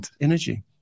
energy